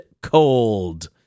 Cold